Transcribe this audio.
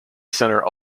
center